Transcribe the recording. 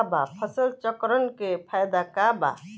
फसल चक्रण के फायदा का बा?